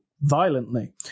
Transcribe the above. violently